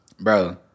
Bro